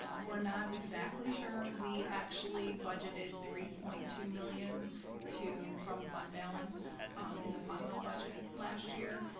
um we're not exactly sure. we actually budgeted three point two million to, from fund balance in the final budget last year.